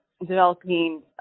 developing